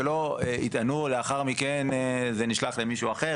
שלא יטענו לאחר מכן: זה נשלח למישהו אחר,